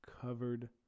Covered